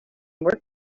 work